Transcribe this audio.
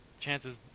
chances